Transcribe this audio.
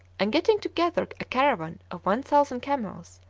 and, getting together a caravan of one thousand camels,